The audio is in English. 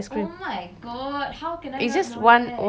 it's just one one uh one scoop